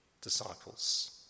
disciples